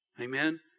Amen